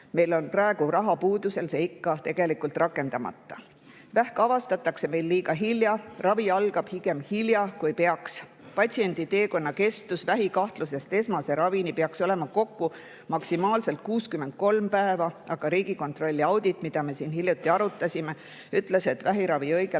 meil praegu rahapuuduse tõttu ikka rakendamata. Vähk avastatakse meil liiga hilja, ravi algab pigem hiljem, kui peaks. Patsiendi teekonna kestus vähikahtlusest esmase ravini peaks olema kokku maksimaalselt 63 päeva, aga Riigikontrolli audit, mida me siin hiljuti arutasime, ütles, et vähiraviga õigel